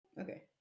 okay